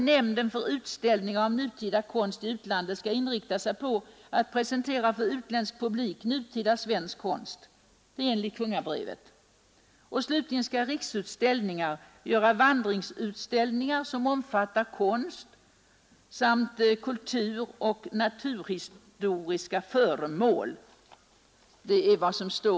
Nämnden för utställningar av nutida svensk konst i utlandet skall inrikta sig på att presentera för utländsk publik nutida svensk konst, allt enligt kungabrevet. Riksutställningar slutligen skall anordna vandringsutställningar som omfattar konst samt kulturoch naturhistoriska föremål.